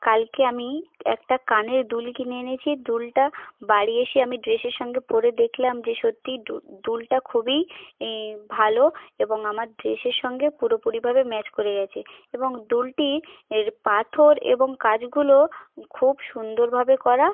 কালকে আমি একটা কানের দুল কিনে এনেছি দুলটা বাড়ি এসে আমি ড্রেসের সঙ্গে পরে দেখলাম যে সত্যিই দুলটা খুবই ই ভালো এবং আমার ড্রেসের সঙ্গে পুরোপুরিভাবে ম্যাচ করে গেছে এবং দুলটি এর পাথর এবং কাজগুলো খুব সুন্দরভাবে করা